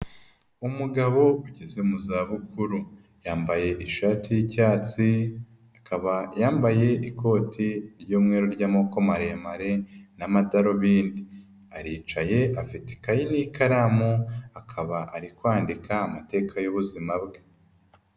Umugabo ugeze mu zabukuru, yambaye ishati y'icyatsi, akaba yambaye n'ikoti ry'umweru ry'amako maremare n'amadarubindi, aricaye afite ikayi n'ikaramu akaba ari kwandika amateka y'ubuzima bwe.